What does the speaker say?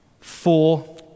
Four